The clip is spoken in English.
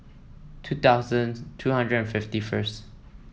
two thousand two hundred and fifty first